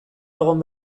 egon